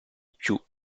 più